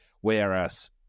whereas